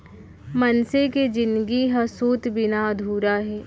मनसे के जिनगी ह सूत बिना अधूरा हे